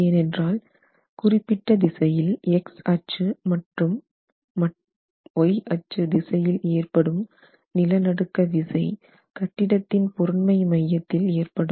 ஏனென்றால் குறிப்பிட்ட திசையில் X அச்சு மட்டும் Y அச்சு திசையில் ஏற்படும் நிலநடுக்க விசை கட்டிடத்தின் பொருண்மை மையத்தில் ஏற்படும்